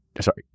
Sorry